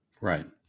Right